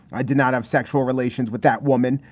i did not have sexual relations with that woman,